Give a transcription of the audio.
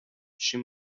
she